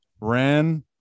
ran